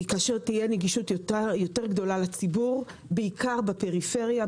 כאשר תהיה נגישות יותר גדולה לציבור בעיקר בפריפריה,